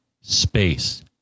space